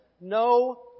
No